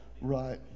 right